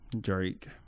Drake